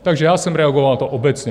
Takže já jsem reagoval na to obecně.